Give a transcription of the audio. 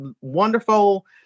wonderful